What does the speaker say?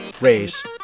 race